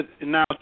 now